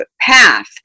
path